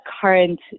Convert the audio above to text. current